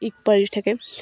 ইক পাৰি থাকে